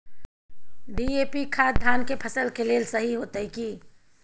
DAP खाद धान के फसल के लेल सही होतय की?